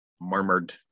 murmured